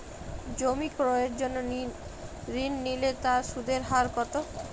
জমি ক্রয়ের জন্য ঋণ নিলে তার সুদের হার কতো?